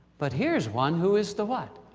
but here's one who is the what.